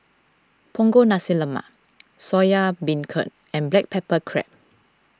Punggol Nasi Lemak Soya Beancurd and Black Pepper Crab